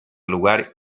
lugar